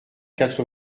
quatre